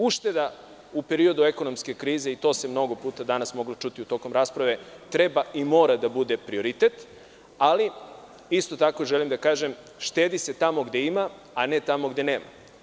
Ušteda u periodu ekonomske krize i to se danas moglo čuti više puta tokom rasprave, treba i mora da bude prioritet, ali isto tako želim da kažem, štedi se tamo gde ima, a ne tamo gde nema.